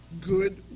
Good